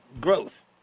growth